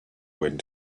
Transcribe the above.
wind